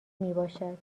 میباشد